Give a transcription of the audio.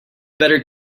better